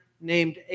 named